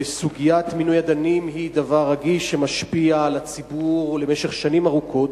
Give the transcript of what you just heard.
וסוגיית מינוי הדיינים היא דבר רגיש שמשפיע על הציבור למשך שנים ארוכות.